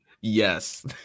Yes